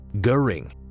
Goering